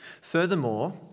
Furthermore